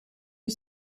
you